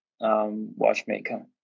watchmaker